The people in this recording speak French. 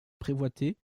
prévôté